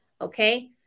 Okay